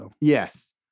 Yes